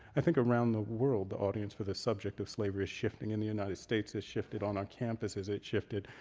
i think around the world, the audience for the subject of slavery is shifting. and the united states has shifted on our campuses, it shifted.